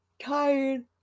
tired